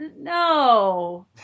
no